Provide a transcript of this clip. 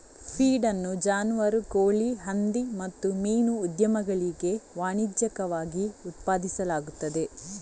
feed ಅನ್ನು ಜಾನುವಾರು, ಕೋಳಿ, ಹಂದಿ ಮತ್ತು ಮೀನು ಉದ್ಯಮಗಳಿಗೆ ವಾಣಿಜ್ಯಿಕವಾಗಿ ಉತ್ಪಾದಿಸಲಾಗುತ್ತದೆ